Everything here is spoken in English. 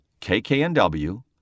KKNW